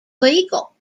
legal